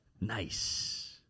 Nice